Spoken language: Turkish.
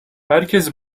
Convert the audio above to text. herkes